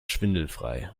schwindelfrei